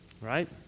right